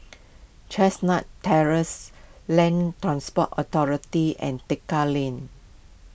Chestnut Terrace Land Transport Authority and Tekka Lane